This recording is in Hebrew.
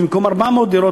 ובמקום 400 דירות,